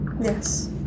Yes